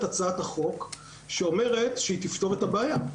הצעת החוק שאומרת שהיא תפתור את הבעיה?